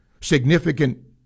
significant